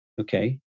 Okay